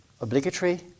Obligatory